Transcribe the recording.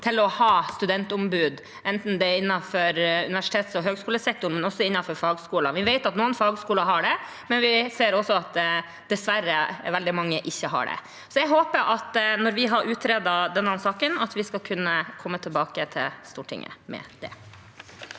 av å ha studentombud, enten det er innenfor universitetsog høyskolesektoren eller innenfor fagskolene. Vi vet at noen fagskoler har det, men vi ser dessverre også at veldig mange ikke har det. Så jeg håper at når vi har utredet denne saken, skal vi kunne komme tilbake til Stortinget med det.